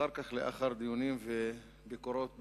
אחר כך, לאחר דיונים וביקורות בבג"ץ,